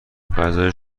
غذای